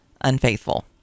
unfaithful